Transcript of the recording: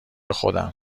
خودم